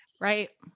Right